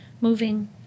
moving